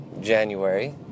January